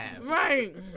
Right